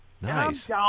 Nice